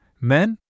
Men